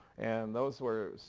and those were,